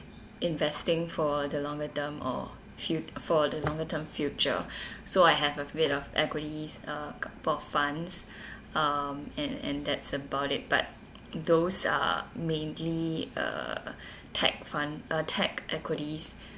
investing for the longer term or fu~ for the longer term future so I have a bit of equities uh couple of funds um and and that's about it but those are mainly uh tech fund uh tech equities